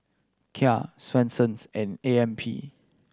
Kia Swensens and A M P